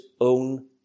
own